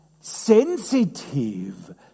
sensitive